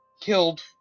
killed